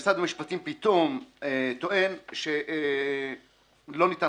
משרד המשפטים פתאום טוען שלא ניתן